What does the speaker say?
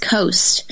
Coast